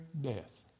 death